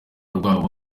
rwabo